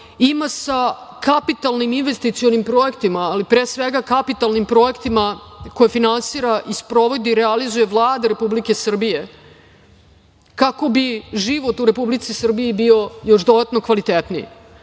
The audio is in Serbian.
ima sa kapitalnim investicionim projektima, ali pre svega kapitalnim projektima koje finansira i sprovodi i realizuje Vlada Republike Srbije kako bi život u Republici Srbiji bio još dodatno kvalitetniji,